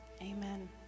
Amen